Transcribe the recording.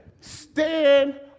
Stand